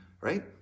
right